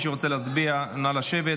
מי שרוצה להצביע, נא לשבת.